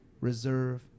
Reserve